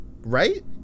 right